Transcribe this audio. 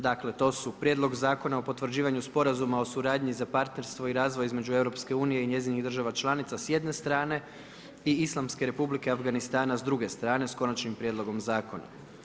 Dakle to su: Prijedlog zakona o potvrđivanju Sporazuma o suradnji za partnerstvo i razvoj između EU i njezinih država članica s jedne strane i Islamske Republike i Afganistana s druge strane, s Konačnim prijedlogom Zakona.